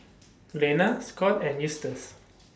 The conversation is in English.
Glenna Scot and Eustace